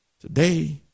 today